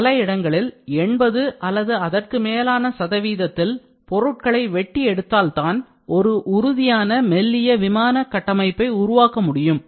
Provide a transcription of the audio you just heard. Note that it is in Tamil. பல இடங்களில் எண்பது அல்லது அதற்கு மேலான சதவீதத்தில் பொருட்களை வெட்டி எடுத்தால் தான் ஒரு உறுதியான மெல்லிய விமான கட்டமைப்பை உருவாக்க முடியும்